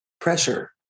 pressure